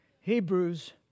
Hebrews